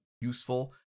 useful